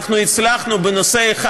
אנחנו הצלחנו בנושא אחד,